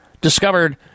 discovered